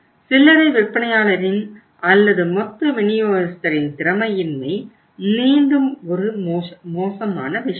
சில்லறை விற்பனையாளரின் அல்லது மொத்த விநியோகஸ்தரின் திறமையின்மை மீண்டும் ஒரு மோசமான விஷயம்